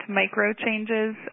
micro-changes